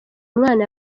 umwana